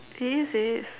it is it is